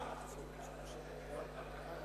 הנושא הבא: